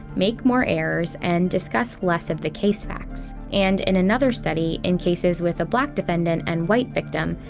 make more errors, and discuss less of the case facts. and in another study, in cases with a black defendant and white victim,